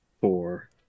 four